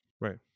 Right